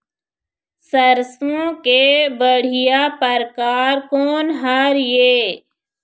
सरसों के बढ़िया परकार कोन हर ये?